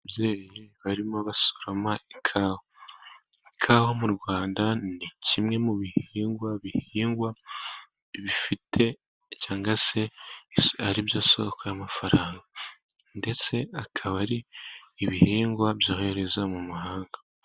Ababyeyi barimo basoroma ikawaka. Ikawa mu Rwanda ni kimwe mu bihingwa bihingwa bifite cyangwa se aribyo soko y'amafaranga, ndetse akaba ari ibihingwa byoherezwa mu mahanga.